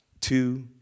two